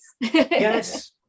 Yes